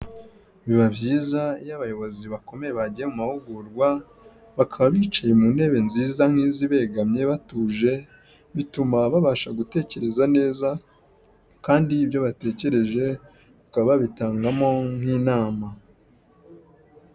Biba byiza iyo abayobozi bakomeye bagiye mu mahugurwa bakaba bicaye mu ntebe nziza nk'izi begamye batuje bituma babasha gutekereza neza kandi ibyo batekereje bikaba babitangamo nk'inama.